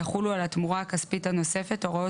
יחולו על התמורה הכספית הנוספת הוראות